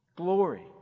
glory